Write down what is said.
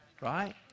Right